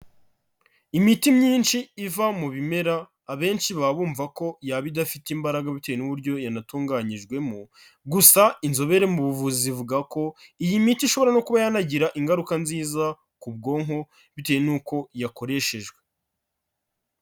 Imiti myinshi iva mu bimera abenshi baba bumva ko yaba idafite imbaraga bitewe n'uburyo yanatunganyijwemo, gusa inzobere mu buvuzi ivuga ko iyi miti ishobora no kuba yanagira ingaruka nziza ku bwonko bitewe nuko yakoreshejwe.